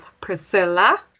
priscilla